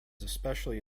especially